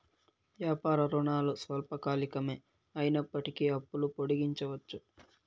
వ్యాపార రుణాలు స్వల్పకాలికమే అయినప్పటికీ అప్పులు పొడిగించవచ్చు